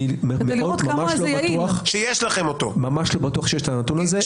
ממש לא בטוח שיש הנתון הזה.